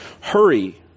Hurry